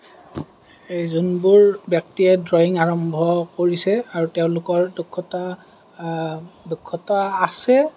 যিবোৰ ব্যক্তিয়ে ড্ৰয়িং আৰম্ভ কৰিছে আৰু তেওঁলোকৰ দক্ষতা দক্ষতা আছে